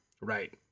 Right